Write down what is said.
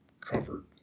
covered